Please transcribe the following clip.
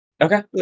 Okay